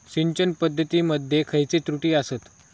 सिंचन पद्धती मध्ये खयचे त्रुटी आसत?